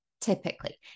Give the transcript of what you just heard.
typically